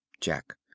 Jack